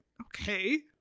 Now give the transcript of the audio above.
okay